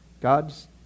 God's